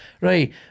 Right